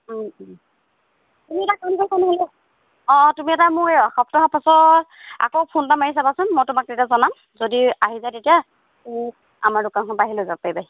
তুমি এটা কাম কৰিবা নহ'লে অঁ তুমি এটা মোক সপ্তাহৰ পাছৰ আকৌ ফোন এটা মাৰি চাবাচোন মই তোমাক তেতিয়া জনাম যদি আহি যায় তেতিয়া আমাৰ দোকানখনৰ পৰা আহি লৈ যাব পাৰিবা